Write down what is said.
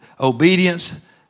Obedience